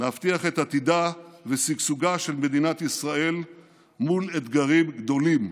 להבטיח את עתידה ושגשוגה של מדינת ישראל מול אתגרים גדולים.